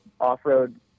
off-road